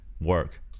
Work